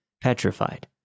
petrified